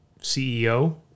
CEO